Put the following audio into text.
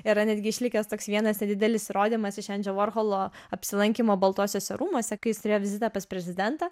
yra netgi išlikęs toks vienas nedidelis įrodymas iš endžio vorholo apsilankymo baltuosiuose rūmuose kai jis turėjo vizitą pas prezidentą